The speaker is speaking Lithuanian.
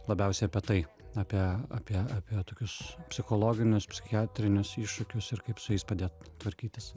labiausiai apie tai apie apie apie tokius psichologinius psichiatrinius iššūkius ir kaip su jais padėt tvarkytis